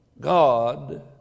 God